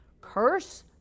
curse